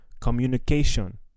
communication